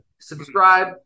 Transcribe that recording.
subscribe